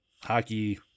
Hockey